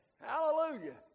Hallelujah